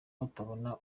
batabona